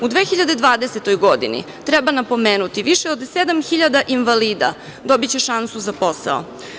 U 2020. godini treba napomenuti da više od sedam hiljada invalida dobiće šansu za posao.